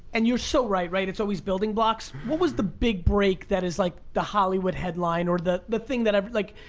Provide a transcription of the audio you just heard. and you're so right, right, it's always building blocks. what was the big break that is like, the hollywood headline, or the, the thing that every, like,